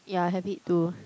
yeah I have it too